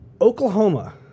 Oklahoma